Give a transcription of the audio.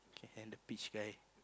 and the peach guy